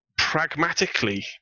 pragmatically